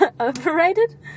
Overrated